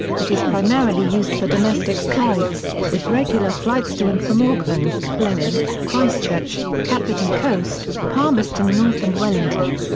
it is primarily used for domestic flights, with regular flights to and from auckland, blenheim, christchurch, kapiti coast, palmerston north and wellington.